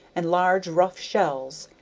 and large, rough shells,